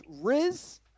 Riz